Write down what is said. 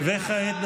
וכעת,